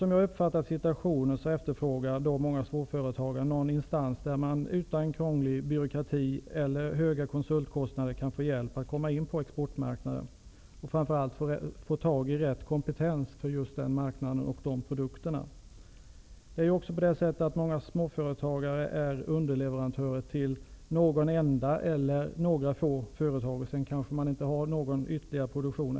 Som jag uppfattat situationen efterfrågar många småföretagare en instans där man utan krånglig byråkrati eller höga konsultkostnader kan få hjälp med att komma in på exportmarknader, framför allt med att få tag i rätt kompetens för just den egna produktmarknaden. Många småföretagare är underleverantörer till något enda eller till några få företag, och därutöver har de inte någon eller bara liten produktion.